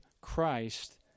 Christ